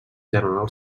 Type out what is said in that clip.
general